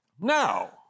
Now